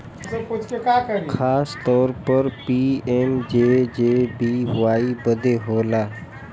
खासतौर पर पी.एम.जे.जे.बी.वाई बदे होला